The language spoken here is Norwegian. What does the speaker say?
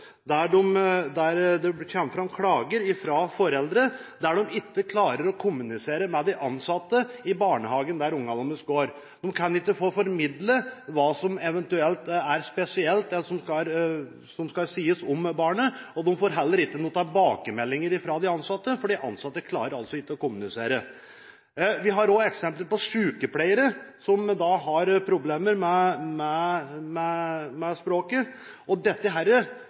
der barna deres går. De klarer ikke å få formidlet det som skal sies om barnet som eventuelt er spesielt, og de får heller ikke tilbakemeldinger fra de ansatte, fordi de ansatte ikke klarer å kommunisere. Vi har også eksempler på sykepleiere som har problemer med språket, og spesielt når det gjelder leger og sykepleiere, skaper dette